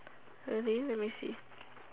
I didn't let me see